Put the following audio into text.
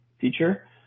feature